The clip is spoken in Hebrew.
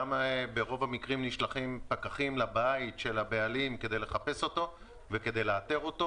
גם ברוב המקרים נשלחים פקחים לבית של הבעלים כדי לחפש ולאתר אותו.